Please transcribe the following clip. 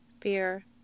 fear